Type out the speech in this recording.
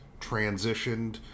transitioned